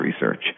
research